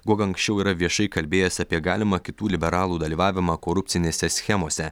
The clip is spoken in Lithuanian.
guoga anksčiau yra viešai kalbėjęs apie galimą kitų liberalų dalyvavimą korupcinėse schemose